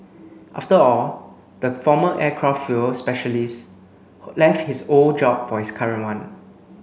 after all the former aircraft fuel specialist left his old job for his current one